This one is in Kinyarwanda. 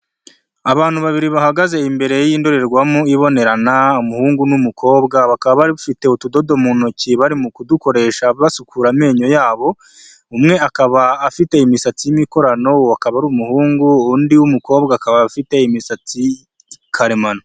Abantu babiri bahagaze imbere y'indorerwamo ibonerana, umuhungu n'umukobwa bakaba bafite utudodo mu ntoki barimo kudukoresha basukura amenyo yabo, umwe akaba afite imisatsi y'imikorano akaba ari umuhungu, undi w'umukobwa akaba afite imisatsi karemano.